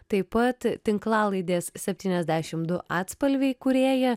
taip pat tinklalaidės septyniasdešim du atspalviai įkūrėja